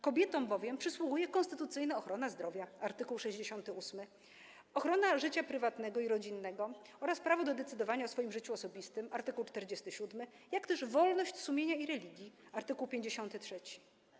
Kobietom przysługuje bowiem konstytucyjna ochrona zdrowia - art. 68, ochrona życia prywatnego i rodzinnego oraz prawo do decydowania o swoim życiu osobistym - art. 47, jak też wolność sumienia i religii - art. 53.